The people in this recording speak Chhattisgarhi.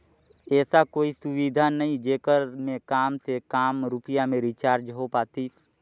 ऐसा कोई सुविधा नहीं जेकर मे काम से काम रुपिया मे रिचार्ज हो पातीस?